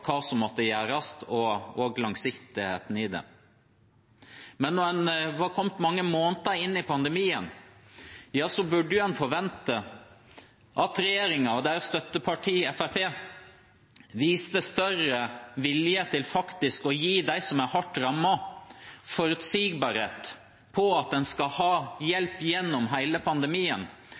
hva som måtte gjøres, og langsiktigheten i det. Men da en var kommet mange måneder inn i pandemien, burde en kunne forvente at regjeringen og deres støtteparti Fremskrittspartiet viste større vilje til faktisk å gi dem som er hardt rammet, forutsigbarhet for at en skal få hjelp gjennom hele pandemien,